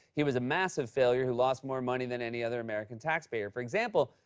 he was a massive failure who lost more money than any other american taxpayer. for example,